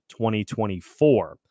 2024